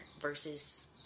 versus